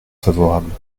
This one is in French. favorable